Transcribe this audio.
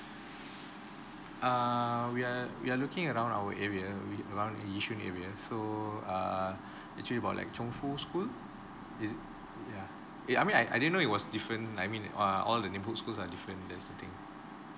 err we are we are looking around our area yi~ around yishun area so err actually about like chong fu school is it ya eh I mean I I didn't know it was different I mean err all the neighborhood schools are different that's the thing